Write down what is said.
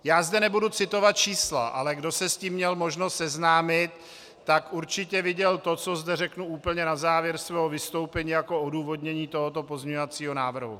Já zde nebudu citovat čísla, ale kdo se s tím měl možnost seznámit, tak určitě viděl to, co zde řeknu úplně na závěr svého vystoupení jako odůvodnění tohoto pozměňovacího návrhu.